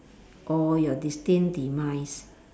or your destined demise